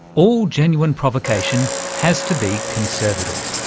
all genuine provocation has to be conservative,